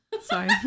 Sorry